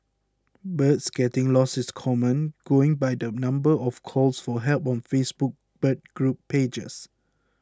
birds getting lost is common going by the number of calls for help on Facebook bird group pages